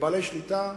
לבעלי שליטה,